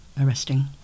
arresting